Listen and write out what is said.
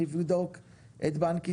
נבדוק את בנק ישראל,